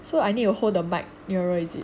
so I need to hold the mike nearer is it